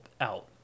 out